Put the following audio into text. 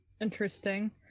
interesting